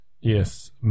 Yes